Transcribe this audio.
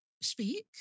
speak